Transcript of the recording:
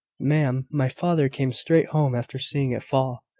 ma'am, my father came straight home after seeing it fall,